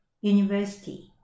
university